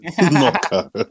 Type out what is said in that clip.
Knocker